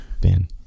Ben